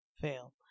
Fail